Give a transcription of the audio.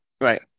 right